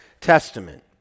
Testament